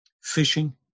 fishing